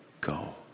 go